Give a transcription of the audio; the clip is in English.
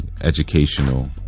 educational